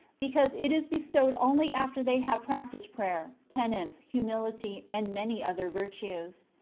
because it is bestowed only after they have practised prayer, penance, humiuty, and many other virtues.